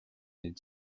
neid